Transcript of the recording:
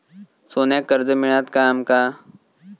सोन्याक कर्ज मिळात काय आमका?